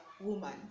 woman